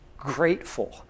grateful